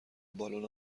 بالن